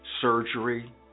surgery